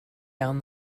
down